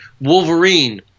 Wolverine